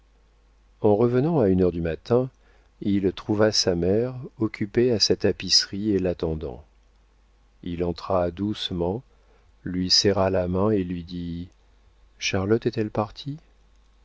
en revenant à une heure du matin il trouva sa mère occupée à sa tapisserie et l'attendant il entra doucement lui serra la main et lui dit charlotte est-elle partie